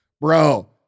Bro